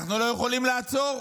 אנחנו לא יכולים לעצור.